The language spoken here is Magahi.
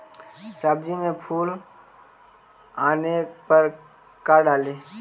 सब्जी मे फूल आने पर का डाली?